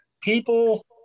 people